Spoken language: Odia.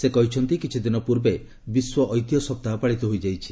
ସେ କହିଛନ୍ତି କିଛିଦିନ ପୂର୍ବେ ବିଶ୍ୱ ଐତିହ୍ୟ ସପ୍ତାହ ପାଳିତ ହୋଇଯାଇଛି